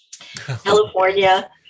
California